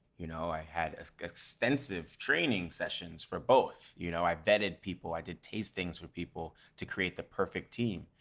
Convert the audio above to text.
you know i had ah extensive training sessions for both, you know i vetted people, i did tastings with people to create the perfect team.